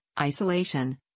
isolation